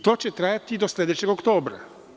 To će trajati do sledećeg oktobra.